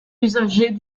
usagers